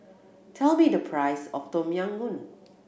tell me the price of Tom Yam Goong